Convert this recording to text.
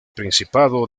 principado